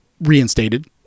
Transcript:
reinstated